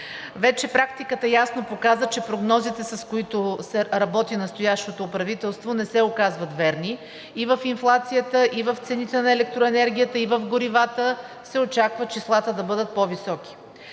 Практиката вече ясно показа, че прогнозите, с които работи настоящото правителство, не се оказват верни – и в инфлацията, и в цените на електроенергията, и в горивата се очаква числата да бъдат по-високи.